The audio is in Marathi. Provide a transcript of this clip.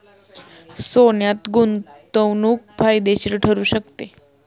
सोन्यात गुंतवणूक फायदेशीर ठरू शकते